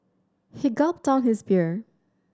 he gulped down his beer